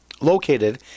located